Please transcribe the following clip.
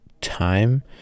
time